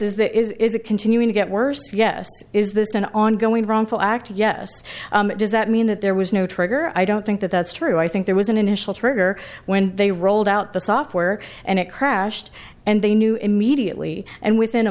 that is a continuing to get worse yes is this an ongoing wrongful act yes does that mean that there was no trigger i don't thing that that's true i think there was an initial trigger when they rolled out the software and it crashed and they knew immediately and within a